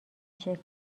شکل